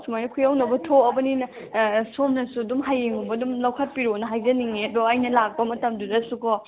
ꯁꯨꯃꯥꯏꯅ ꯈꯨꯌꯧꯅꯕ ꯊꯣꯛꯑꯕꯅꯤꯅ ꯁꯣꯝꯅꯁꯨ ꯑꯗꯨꯝ ꯍꯌꯦꯡꯒꯨꯝꯕ ꯑꯗꯨꯝ ꯂꯧꯈꯠꯄꯤꯔꯣꯅ ꯍꯥꯏꯖꯅꯤꯡꯉꯦ ꯑꯗꯣ ꯑꯩꯅ ꯂꯥꯛꯄ ꯃꯇꯝꯗꯨꯗꯁꯨꯀꯣ